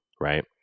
right